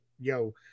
yo